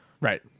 Right